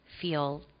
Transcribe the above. feel